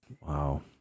Wow